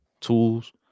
tools